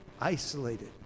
isolated